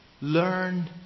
Learn